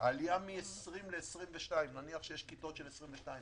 עלייה מ-20 ל-22 נניח שיש כיתות של 22,